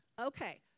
Okay